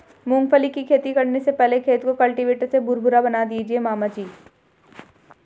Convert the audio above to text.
मूंगफली की खेती करने से पहले खेत को कल्टीवेटर से भुरभुरा बना दीजिए मामा जी